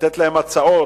לתת להם הצעות